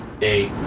eight